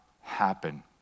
happen